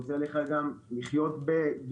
הוא עוזר לך גם לחיות בגאווה.